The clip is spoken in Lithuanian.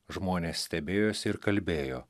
žmonės stebėjosi ir kalbėjo